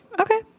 Okay